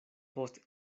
post